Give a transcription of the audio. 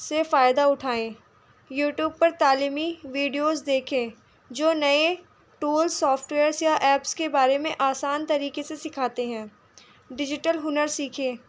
سے فائدہ اٹھائیں یو ٹیوب پر تعلیمی ویڈیوز دیکھیں جو نئے ٹول سافٹ ویئرس یا ایپس کے بارے میں آسان طریقے سے سکھاتے ہیں ڈیجیٹل ہنر سیکھیں